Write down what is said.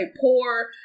poor